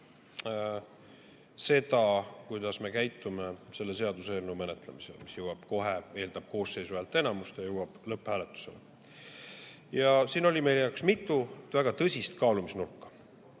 seda, kuidas me käitume selle seaduseelnõu menetlemisel, mis eeldab koosseisu häälteenamust ja jõuab kohe lõpphääletusele. Siin oli meie jaoks mitu väga tõsist kaalumisnurka.